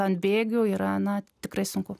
ant bėgių yra na tikrai sunku